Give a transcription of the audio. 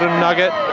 nugget,